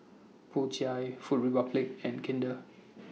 Po Chai Food Republic and Kinder